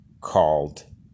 called